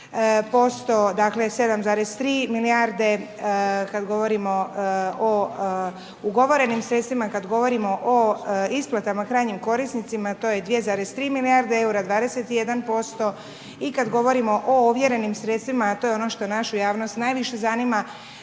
7,3 milijarde, kada govorimo o ugovorenim sredstvima, kada govorima o isplatama krajnjim korisnicima, to j 2,3 milijarde eura, 21% i kada govorimo o ovjerenim sredstvima, a to je ono što našu javnost najviše zanima,